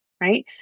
right